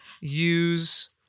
use